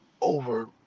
over